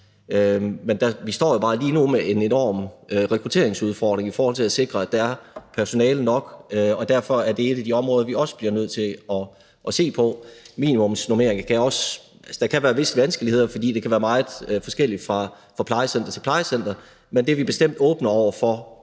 altså bare lige nu med en enorm rekrutteringsudfordring med at sikre, at der er personale nok, og derfor er det et af de områder, vi også bliver nødt til at se på. Der kan være visse vanskeligheder, fordi det kan være meget forskelligt fra plejecenter til plejecenter, men det er vi bestemt åbne over for